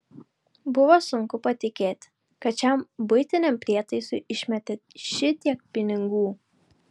buvo sunku patikėti kad šiam buitiniam prietaisui išmetė šitiek pinigų